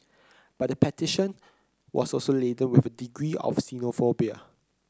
but the petition was also laden with a degree of xenophobia